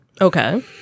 Okay